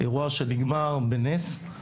זה אירוע שנגמר בנס.